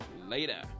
later